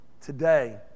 today